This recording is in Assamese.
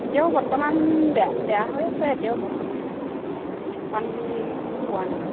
এতিয়াও বৰ্তমান বেয়া বেয়া হৈ আছে এতিয়াও বৰ্তমান পানী এইকেইদিন পোৱা নাই